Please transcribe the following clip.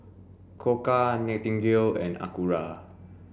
Koka Nightingale and Acura